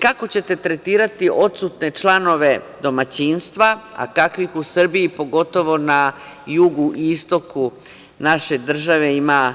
Kako ćete tretirati odsutne članove domaćinstva, a kakvih u Srbiji pogotovo na jugu i istoku naše države ima,